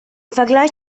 vergleich